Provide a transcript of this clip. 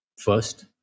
first